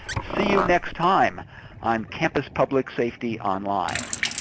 see you next time on campus public safety online.